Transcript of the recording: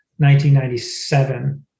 1997